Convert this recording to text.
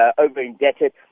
over-indebted